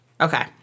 Okay